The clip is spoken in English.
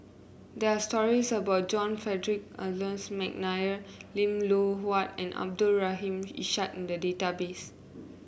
there're stories about John Frederick Adolphus McNair Lim Loh Huat and Abdul Rahim Ishak in the database